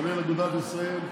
כולל אגודת ישראל,